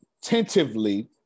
tentatively